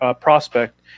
prospect